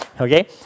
Okay